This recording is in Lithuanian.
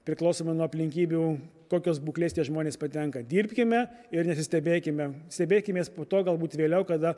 priklausomai nuo aplinkybių kokios būklės tie žmonės patenka dirbkime ir nesistebėkime stebėkimės po to galbūt vėliau kada